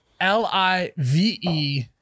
l-i-v-e